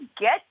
get